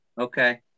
Okay